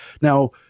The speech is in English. Now